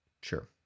Sure